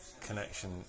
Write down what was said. connection